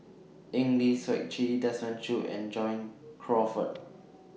Eng Lee Seok Chee Desmond Choo and John Crawfurd